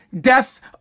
death